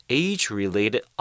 age-related